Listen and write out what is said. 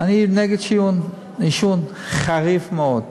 אני נגד עישון, חריף מאוד.